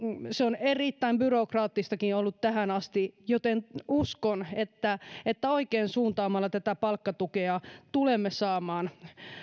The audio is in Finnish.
se on erittäin byrokraattistakin ollut tähän asti joten uskon että että oikein suuntaamalla tätä palkkatukea tulemme saamaan